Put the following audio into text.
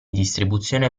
distribuzione